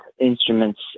instruments